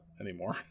anymore